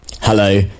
hello